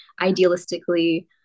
idealistically